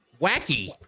wacky